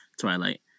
Twilight